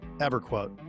EverQuote